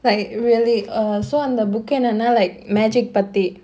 like really uh so அந்த:andha book என்னனா:ennanaa like magic பத்தி:pathi